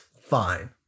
fine